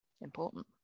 important